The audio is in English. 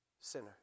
sinner